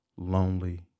Lonely